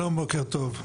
שלום, בוקר טוב.